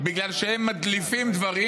בגלל שהם מדליפים דברים,